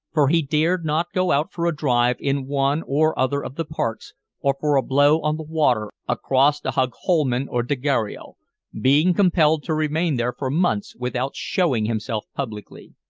for he dared not go out for a drive in one or other of the parks or for a blow on the water across to hogholmen or dagero, being compelled to remain there for months without showing himself publicly.